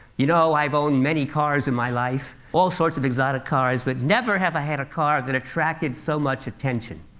you know i've owned many cars in my life all sorts of exotic cars, but never have i had a car that attracted so much attention.